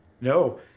No